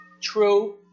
True